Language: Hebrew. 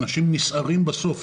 אנשים נסערים בסוף.